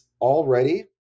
already